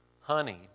honeyed